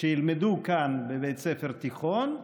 שילמדו כאן בבית ספר תיכון,